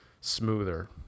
smoother